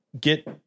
get